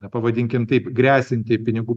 pavadinkim taip gresiantį pinigų